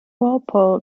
walpole